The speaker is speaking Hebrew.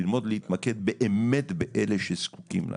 ללמוד להתמקד באמת באלה שזקוקים לנו.